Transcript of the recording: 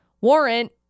warrant